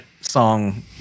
song